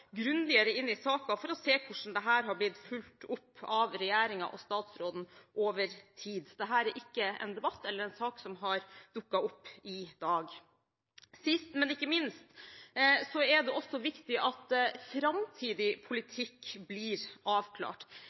grundigere inn i saken for å se hvordan dette har blitt fulgt opp av regjeringen og statsråden over tid. Dette er ikke en debatt eller en sak som har dukket opp i dag. Sist, men ikke minst, er det viktig at framtidig politikk blir avklart.